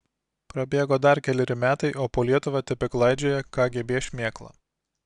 prabėgo dar keleri metai o po lietuvą tebeklaidžioja kgb šmėkla